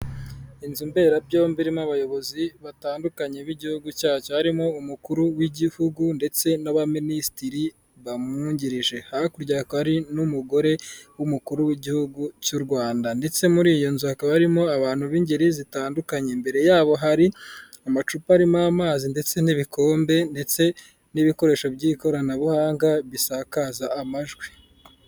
Inzu mberabyombi irimo abayobozi batandukanye b'igihugu cyacyo harimo umukuru w'igihugu ndetse n'abaminisitiri bamwungirije hakurya hakaba hari n'umugore w'umukuru w'igihugu cy'u Rwanda ndetse muri iyo nzu hakaba harimo abantu b'ingeri zitandukanye mbere yabo hari amacupa arimo amazi ndetse n'ibikombe ndetse n'ibikoresho by'ikoranabuhanga bisakaza amajwi.